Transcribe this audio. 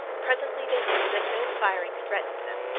presently they knew that no firing threatened them.